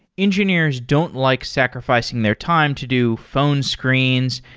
engineers don't like sacrificing their time to do phone screens,